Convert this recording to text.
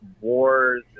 Wars